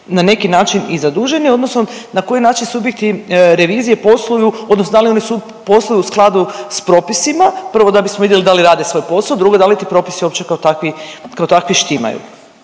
na neki način i zaduženi odnosno na koji način subjekti revizije posluju odnosno da li ono posluju u skladu s propisima. Prvo da bismo vidjeli da li rade svoj posao, drugo da li ti propisi uopće kao takvi, kao